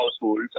households